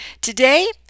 Today